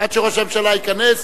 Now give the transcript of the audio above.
עד שראש הממשלה ייכנס,